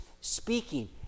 speaking